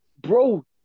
bro